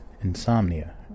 Insomnia